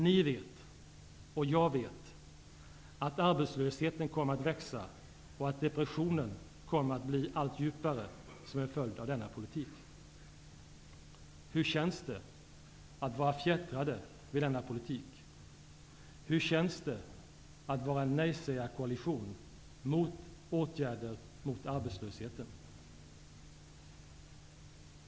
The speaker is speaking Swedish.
Ni vet -- och jag vet -- att arbetslösheten kommer att växa och att depressionen kommer att bli allt djupare som en följd av denna politik. Hur känns det att vara fjättrad vid denna politik? Hur känns det att tillhöra en nej-sägar-koalition mot åtgärder mot arbetslösheten?